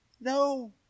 No